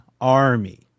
army